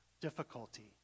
difficulty